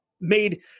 made